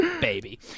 baby